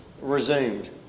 resumed